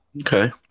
Okay